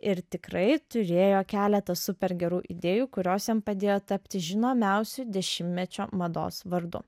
ir tikrai turėjo keletą super gerų idėjų kurios jam padėjo tapti žinomiausiu dešimtmečio mados vardu